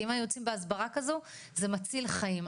כי אם היינו יוצאים בהסברה כזן זה מציל חיים,